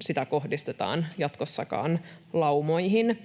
sitä kohdistetaan jatkossakaan laumoihin.